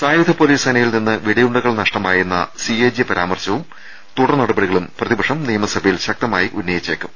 സായുധ പൊലീസ് സേനയിൽ നിന്ന് വെടിയുണ്ടകൾ നഷ്ടമായെന്ന സി എ ജി പരാമർശവും തുടർനടപടികളും പ്രതിപക്ഷം നിയമസഭയിൽ ശക്തമായി ഉന്നയിച്ചേക്കും